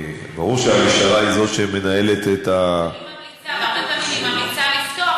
ברור שהמשטרה היא זו שמנהלת את, אבל היא ממליצה,